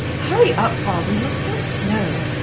hurry up, barbara. you're so slow.